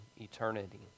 eternity